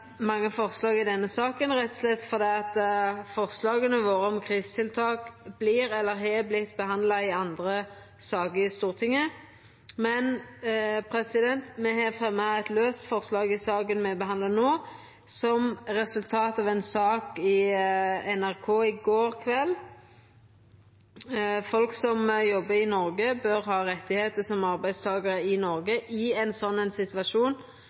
mange forslag i denne saka, rett og slett fordi forslaga våre om krisetiltak vert eller har vorte behandla i samband med andre saker i Stortinget. Men me har fremja eit laust forslag i saka me behandlar no, som resultat av ei sak i NRK i går kveld. Folk som jobbar i Noreg, bør ha rettar som arbeidstakarar i Noreg i ein slik situasjon